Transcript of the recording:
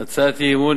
אי-אמון,